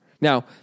Now